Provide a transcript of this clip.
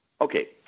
Okay